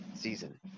season